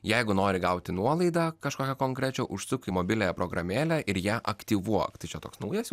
jeigu nori gauti nuolaidą kažkokią konkrečią užsuk į mobiliąją programėlę ir ją aktyvuok tai čia toks naujas jau